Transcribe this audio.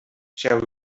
shall